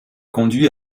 conduit